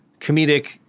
comedic